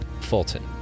Fulton